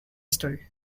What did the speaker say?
story